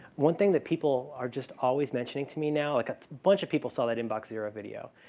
one thing that people are just always mentioning to me now, like a bunch of people saw that inbox zero video.